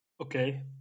Okay